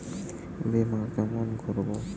বিমা কেন করব?